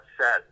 set